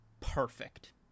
perfect